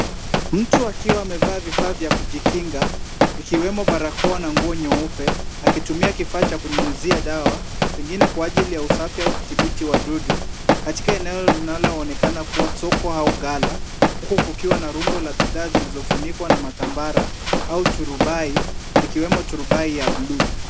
Mtu akiwa amevaa vifaa vya kujikinga, ikiwemo barakoa na nguo nyeupe, akitumia kifaa cha kunyunyuzia dawa, pengine kwa ajili ya usafi au kuthibiti wadudu katika eneo linaloonekana kuwa soko au ghala. Huku kukiwa na rundo la bidhaa zilizofunikwa na matambara au turubai likiwemo turubai ya blue .